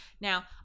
Now